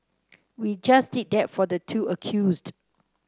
we just did that for the two accused